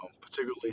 Particularly